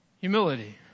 Humility